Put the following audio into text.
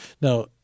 Now